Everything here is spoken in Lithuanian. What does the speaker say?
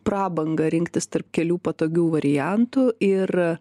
prabangą rinktis tarp kelių patogių variantų ir